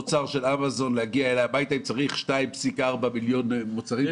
מוצר של אמזון אם צריך 2.4 מיליון מוצרים,